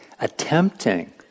Attempting